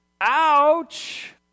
Ouch